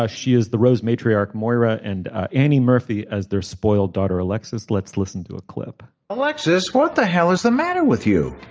ah she is the rose matriarch moira and eddie murphy as their spoiled daughter alexis. let's listen to a clip alexis what the hell is the matter with you.